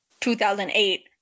2008